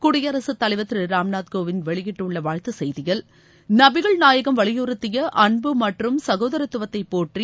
குடியரகத்தலைவர் திரு ராம்நாத் கோவிந்த் வெளியிட்டுள்ள வாழ்த்து செய்தியில் நபிகள் நாயகம் வலியுறுத்திய அன்பு மற்றும் சகோதரத்துவத்தை போற்றி